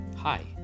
Hi